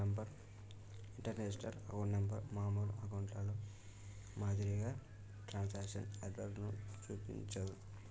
international account number మామూలు అకౌంట్లో మాదిరిగా ట్రాన్స్మిషన్ ఎర్రర్ ను చూపించదు